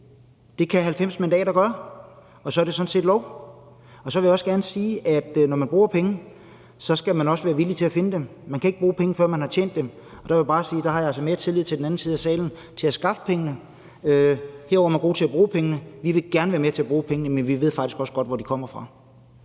Det kan 90 mandater gøre, og så er det sådan set lov. Så vil jeg også gerne sige, at når man vil bruge penge, skal man også være villig til at finde dem. Man kan ikke bruge penge, før man har tjent dem, og der vil jeg bare sige, at jeg altså har mere tillid til den anden side af salen, når det handler om at skaffe pengene. I den her side er man god til at bruge pengene. Vi vil gerne være med til at bruge pengene, men vi ved faktisk også godt, hvor de kommer fra.